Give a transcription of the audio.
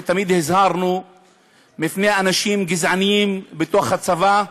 ותמיד הזהרנו מפני אנשים גזענים בתוך הצבא,